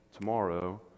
tomorrow